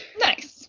Nice